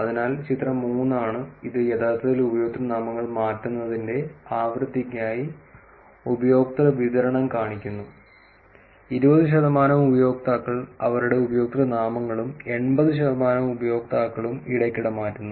അതിനാൽ ചിത്രം 3 ആണ് ഇത് യഥാർത്ഥത്തിൽ ഉപയോക്തൃനാമങ്ങൾ മാറ്റുന്നതിന്റെ ആവൃത്തിക്കായി ഉപയോക്തൃ വിതരണം കാണിക്കുന്നു 20 ശതമാനം ഉപയോക്താക്കൾ അവരുടെ ഉപയോക്തൃനാമങ്ങളും 80 ശതമാനം ഉപയോക്താക്കളും ഇടയ്ക്കിടെ മാറ്റുന്നു